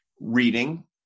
reading